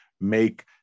make